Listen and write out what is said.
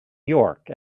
york